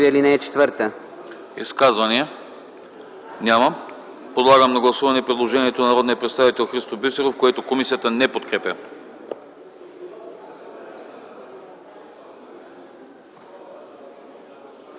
И аз благодаря. Реплики? Няма. Подлагам на гласуване предложението на народния представител Христо Бисеров, което комисията не подкрепя.